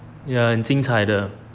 ya 很精彩的